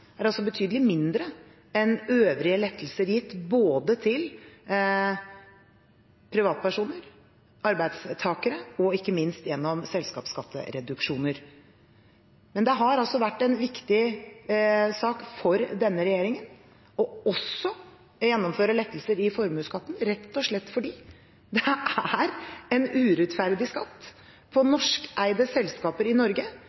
formuesskatt er altså betydelig mindre enn øvrige lettelser gitt til både privatpersoner og arbeidstakere og ikke minst gjennom selskapsskattereduksjoner. Men det har vært en viktig sak for denne regjeringen også å gjennomføre lettelser i formuesskatten, rett og slett fordi det er en urettferdig skatt for norskeide selskaper i Norge.